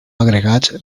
agregats